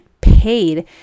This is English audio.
paid